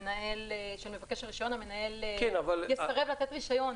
שמבקש רישיון המנהל יסרב לתת רישיון.